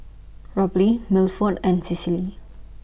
Robley Milford and Cecily